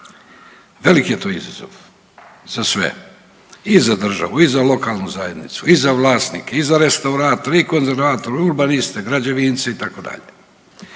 Velik je to izazov za sve i za državu i za lokalnu zajednicu i za vlasnike i za restauratore i konzervatore, urbaniste građevince, itd.